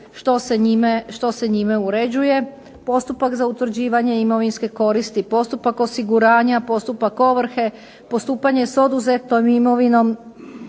što se njime uređuje. Postupak za utvrđivanje imovinske koristi, postupak osiguranja, postupak ovrhe, postupanje s oduzetom imovinom,